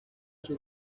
sus